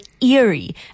eerie